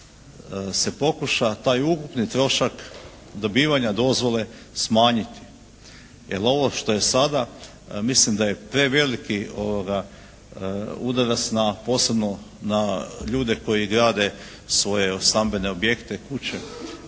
se pokuša taj ukupni trošak dobivanja dozvole smanjiti, jer ovo što je sada mislim da je preveliki udarac posebno na ljude koji grade svoje stambene objekte, kuće,